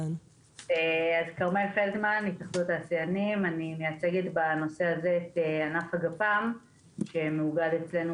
אני מייצגת בנושא הזה את ענף הגפ"מ שמאוגד אצלנו